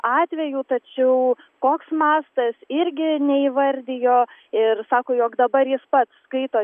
atvejų tačiau koks mastas irgi neįvardijo ir sako jog dabar jis pats skaito